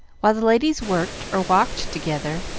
while the ladies worked or walked together,